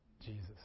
Jesus